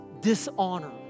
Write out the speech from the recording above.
dishonor